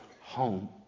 home